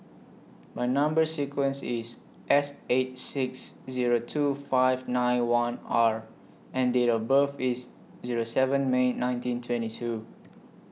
My Number sequence IS S eight six Zero two five nine one R and Date of birth IS Zero seven May nineteen twenty two